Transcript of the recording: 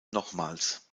nochmals